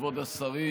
כבוד השרים,